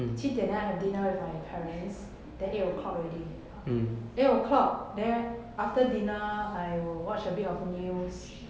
七点 then I have dinner with my parents then eight o'clock already eight o'clock then after dinner I will watch a bit of news